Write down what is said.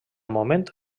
moment